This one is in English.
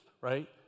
right